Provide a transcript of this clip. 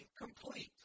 complete